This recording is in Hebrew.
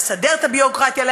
לסדר את הביורוקרטיה,